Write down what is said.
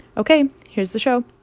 ok, here's the show